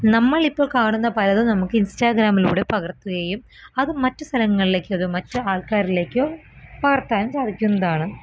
നമ്മൾ ഇപ്പോൾ കാണുന്ന പലതും നമുക്ക് ഇൻസ്റ്റഗ്രാമിലൂടെ പകർത്തുകയും അത് മറ്റ് സ്ഥലങ്ങളിലേക്കോ മറ്റ് ആൾക്കരിലേക്കോ പകർത്താൻ സാധിക്കുന്നതാണ്